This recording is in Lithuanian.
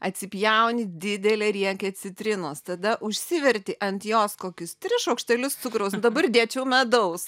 atsipjauni didelę riekę citrinos tada užsiverti ant jos kokius tris šaukštelius cukraus nu dabar dėčiau medaus